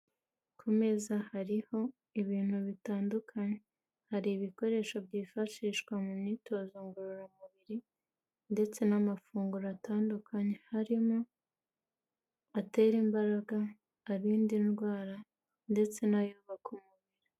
Ku meza hariho ibintu bitandukanye. Hari ibikoresho byifashishwa mu myitozo ngororamubiri ndetse n'amafunguro atandukanye harimo atera imbaraga, arinda indwara ndetse n'ayubaka umubiri.